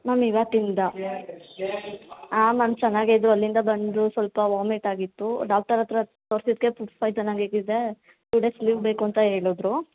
ma'am ಇವತ್ತಿಂದ ಹಾಂ ma'am ಚೆನ್ನಾಗೆ ಇದ್ಲು ಅಲ್ಲಿಂದ ಬಂದು ಸ್ವಲ್ಪ ವಾಮಿಟ್ ಆಗಿತ್ತು ಡಾಕ್ಟರ್ ಹತ್ತಿರ ತೋರಿಸಿದ್ಕೆ ಫುಡ್ ಪಾಯ್ಸನ್ ಆಗಿದೆ ಟು ಡೇಸ್ ಲೀವ್ ಬೇಕು ಅಂತ ಹೇಳದ್ರು